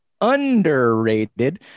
underrated